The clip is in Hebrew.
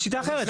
לשיטה אחרת.